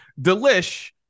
Delish